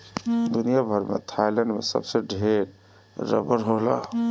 दुनिया भर में थाईलैंड में सबसे ढेर रबड़ होला